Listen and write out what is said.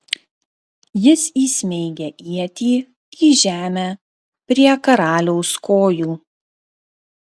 jis įsmeigia ietį į žemę prie karaliaus kojų